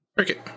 Okay